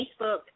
Facebook